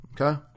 okay